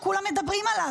שכולם מדברים עליו,